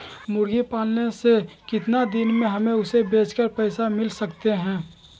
मुर्गी पालने से कितने दिन में हमें उसे बेचकर पैसे मिल सकते हैं?